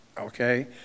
okay